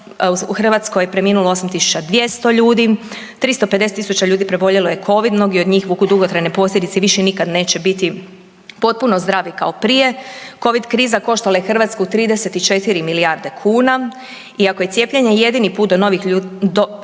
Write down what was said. U Hrvatskoj je preminulo 8.200 ljudi, 350.000 ljudi preboljelo je covid, mnogi od njih vuku dugotrajne posljedice i više nikad neće biti potpuno zdravi kao prije. Covid kriza koštala je Hrvatsku 34 milijarde kuna i ako je cijepljenje jedini put da novih ljudskih